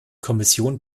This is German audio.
kommission